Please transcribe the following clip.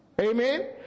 Amen